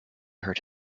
hurt